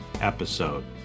episode